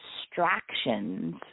distractions